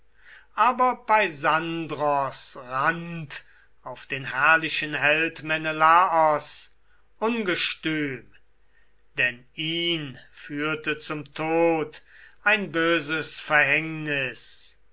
aber peisandros rannt auf den herrlichen held menelaos ungestüm denn ihn führte zum tod ein böses verhängnis